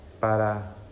para